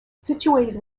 situated